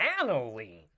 Aniline